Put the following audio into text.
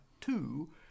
two